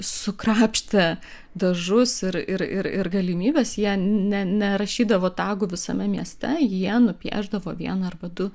sukrapštę dažus ir ir ir galimybes jie ne nerašydavo tagų visame mieste jie nupiešdavo vieną arba du